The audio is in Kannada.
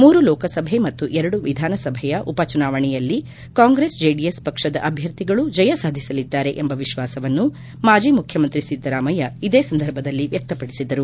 ಮೂರು ಲೋಕಸಭೆ ಮತ್ತು ಎರಡು ವಿಧಾನಸಭೆಯ ಉಪಚುನಾವಣೆಯಲ್ಲಿ ಕಾಂಗ್ರೆಸ್ ಜೆಡಿಎಸ್ ಪಕ್ಷದ ಅಭ್ಯರ್ಥಿಗಳು ಜಯ ಸಾಧಿಸಲಿದ್ದಾರೆ ಎಂಬ ವಿಶ್ವಾಸವನ್ನು ಮಾಜಿ ಮುಖ್ಯಮಂತ್ರಿ ಸಿದ್ದರಾಮಯ್ಯ ಇದೇ ಸಂದರ್ಭದಲ್ಲಿ ವ್ಯಕ್ತಪಡಿಸಿದರು